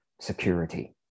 security